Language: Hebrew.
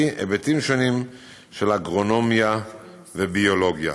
היבטים שונים של אגרונומיה וביולוגיה.